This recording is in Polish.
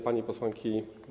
Panie Posłanki!